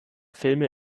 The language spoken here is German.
filme